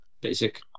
basic